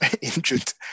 injured